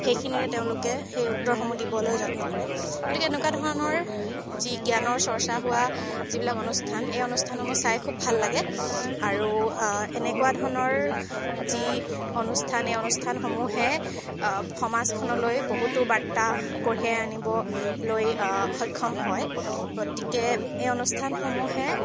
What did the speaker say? সেইখিনিৰে তেওঁলোকে সেই উত্তৰসমূহ দিবলৈ যত্ন কৰে গতিকে এনেকুৱা ধৰণৰ যি জ্ঞানৰ চৰ্চা হোৱা যিবিলাক অনুষ্ঠান এই অনুষ্ঠানসমূহ চাই খুব ভাল লাগে আৰু এনেকুৱা ধৰণৰ যি অনুষ্ঠান এই অনুষ্ঠানসমূহে সমাজখনলৈ বহুতো বাৰ্তা কঢ়িয়াই আনিবলৈ সক্ষম হয় গতিকে এই অনুষ্ঠানসমূহে